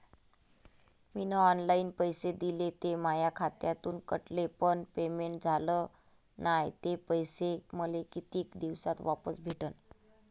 मीन online पैसे दिले, ते माया खात्यातून कटले, पण पेमेंट झाल नायं, ते पैसे मले कितीक दिवसात वापस भेटन?